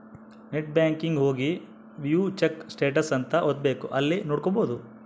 net banking ಹೋಗಿ view check status ಅಂತ ಒತ್ತಬೆಕ್ ಅಲ್ಲಿ ನೋಡ್ಕೊಬಹುದು